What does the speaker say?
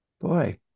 Boy